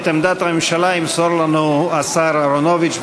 את עמדת הממשלה ימסור לנו השר אהרונוביץ.